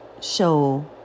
show